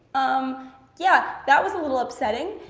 um yeah, that was a little upsetting,